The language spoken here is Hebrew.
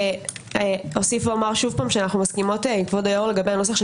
אני אוסיף ואומר שאנחנו מסכימות עם כבוד היושב-ראש לגבי הנוסח של